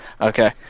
okay